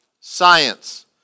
science